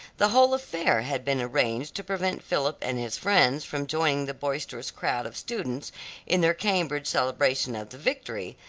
the whole affair had been arranged to prevent philip and his friends from joining the boisterous crowd of students in their cambridge celebration of the victory,